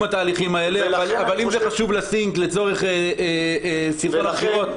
התהליכים האלה אבל אם זה חשוב לצורך סינגל הבחירות,